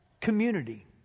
community